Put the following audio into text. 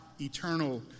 eternal